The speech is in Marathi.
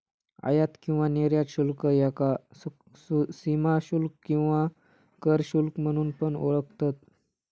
आयात किंवा निर्यात शुल्क ह्याका सीमाशुल्क किंवा कर शुल्क म्हणून पण ओळखतत